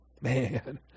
Man